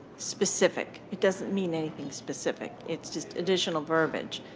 specific it doesn't mean anything specific. it's just additional verbiage.